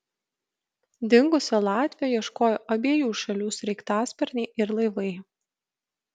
dingusio latvio ieškojo abiejų šalių sraigtasparniai ir laivai